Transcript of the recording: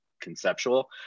conceptual